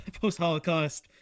post-Holocaust